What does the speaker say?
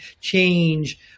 change